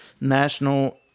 national